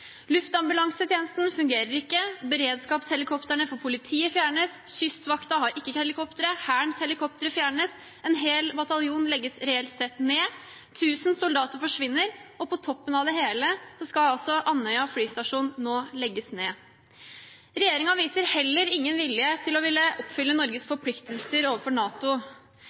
Luftambulansetjenesten fungerer ikke. Beredskapshelikopterne for politiet fjernes. Kystvakten har ikke helikoptre. Hærens helikoptre fjernes. En hel bataljon legges reelt sett ned. 1 000 soldater forsvinner. Og på toppen av det hele skal altså Andøya flystasjon nå legges ned. Regjeringen viser heller ingen vilje til å ville oppfylle Norges forpliktelser overfor NATO.